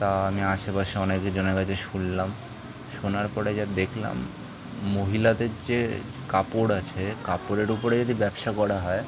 তা আমি আশেপাশে অনেকজনার কাছে শুনলাম শোনার পরে যা দেখলাম মহিলাদের যে কাপড় আছে কাপড়ের ওপরে যদি ব্যবসা করা হয়